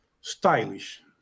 stylish